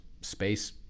space